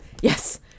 Yes